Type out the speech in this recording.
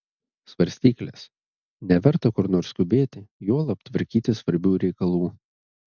svarstyklės neverta kur nors skubėti juolab tvarkyti svarbių reikalų